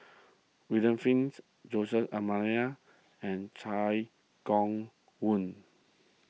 William Flints Jose D'Almeida and Chai Hon Yoong